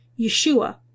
Yeshua